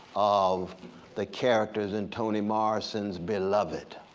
of the characters in tony morrison's beloved?